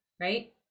right